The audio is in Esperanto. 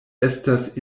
estas